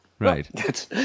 Right